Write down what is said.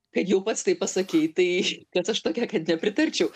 kad jau pats tai pasakei tai kas aš tokia kad nepritarčiau